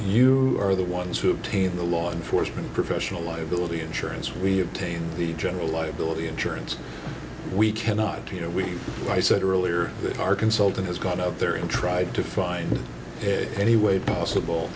you are the ones who obtain the law enforcement professional liability insurance we obtain the general liability insurance we cannot you know we i said earlier that our consultant has gone out there into tried to find any way possible